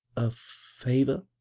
favor?